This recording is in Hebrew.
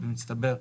במצטבר,